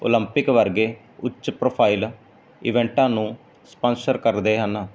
Olympic ਵਰਗੇ ਉੱਚ profile ਇਵੈਂਟਾਂ ਨੂੰ ਸਪਾਂਸਰ ਕਰਦੇ ਹਨ